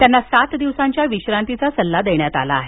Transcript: त्यांना सात दिवसांच्या विश्रांतीचा सल्ला देण्यात आला आहे